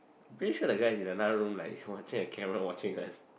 I'm pretty sure that guy is in another room like watching a camera watching us